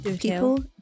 People